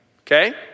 Okay